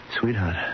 Sweetheart